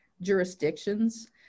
jurisdictions